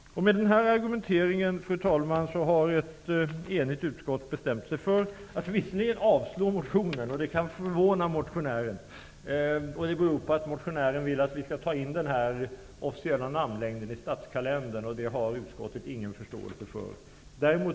Med den här argumenteringen har ett enigt utskott bestämt sig för att klart uttala att det som motionären -- och Svenska Akademien -- pekar på bör komma till uttryck, låt vara att utskottet avstyrkt motionen; det kan kanske förvåna motionären.